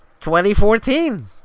2014